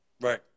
Right